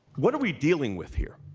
what are we dealing with here?